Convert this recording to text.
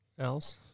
else